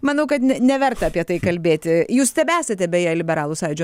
manau kad ne neverta apie tai kalbėti jūs tebesate beje liberalų sąjūdžio